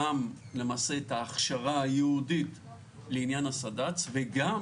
גם את ההכשרה הייעודית לעניין הסד"צ וגם